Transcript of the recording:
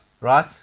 Right